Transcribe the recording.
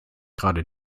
gerade